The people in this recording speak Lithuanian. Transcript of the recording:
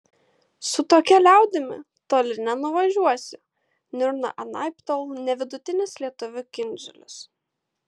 su tokia liaudimi toli nenuvažiuosi niurna anaiptol ne vidutinis lietuvių kindziulis